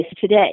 today